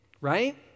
right